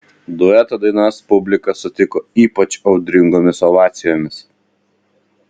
dueto dainas publika sutiko ypač audringomis ovacijomis